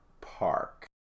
Park